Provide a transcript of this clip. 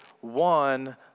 one